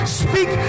speak